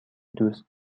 دوست